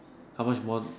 how much more